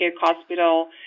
Hospital